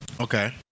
Okay